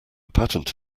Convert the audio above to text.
patent